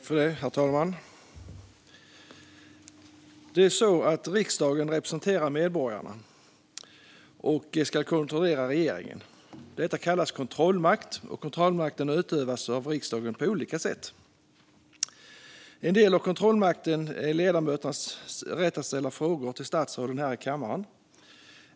Herr talman! Riksdagen representerar medborgarna och ska kontrollera regeringen. Detta kallas kontrollmakt, och kontrollmakten utövas av riksdagen på olika sätt. En del av kontrollmakten är ledamöternas rätt att ställa frågor till statsråden här i kammaren.